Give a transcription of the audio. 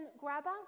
grabber